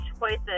choices